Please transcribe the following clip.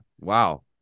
wow